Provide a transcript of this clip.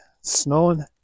snowing